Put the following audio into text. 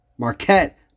Marquette